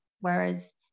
Whereas